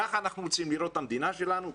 ככה אנחנו רוצים לראות את המדינה שלנו?